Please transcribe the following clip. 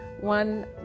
One